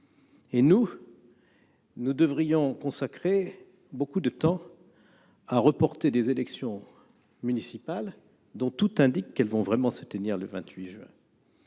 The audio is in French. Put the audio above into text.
et nous devrions, nous, consacrer beaucoup de temps à reporter des élections municipales dont tout indique qu'elles vont vraiment se tenir le 28 juin